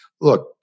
Look